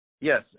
Yes